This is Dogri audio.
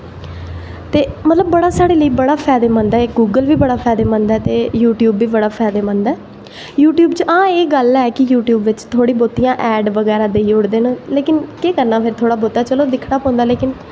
ते मतलब बड़ा साढ़े लेई बड़ा फैदेमंद ऐ एह् गूगल बी बड़ा फैदेमंद ऐ ते यूट्यूब बी बड़ा फैदेमंद ऐ यूट्यूब च आं एह् गल्ल ऐ कि यूट्यूब बिच थोह्ड़ी बहोतियां ऐड बगैरा देई ओड़दे न लेकिन केह् करनां फिर थोह्ड़ा बहोता दिक्खना पौंदा लेकिन